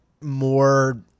more